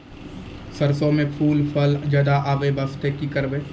सरसों म फूल फल ज्यादा आबै बास्ते कि करबै?